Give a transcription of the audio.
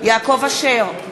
יעקב אשר,